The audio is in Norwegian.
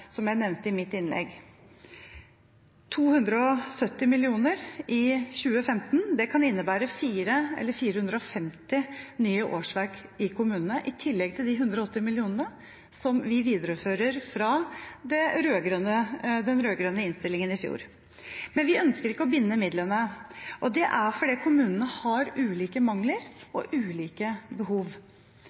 som jeg nevnte i mitt innlegg. 270 mill. kr i 2015 kan innebære 450 nye årsverk i kommunene, i tillegg til de 180 mill. kr som vi viderefører fra den rød-grønne innstillingen i fjor. Men vi ønsker ikke å binde midlene. Det er fordi kommunene har ulike mangler og ulike behov.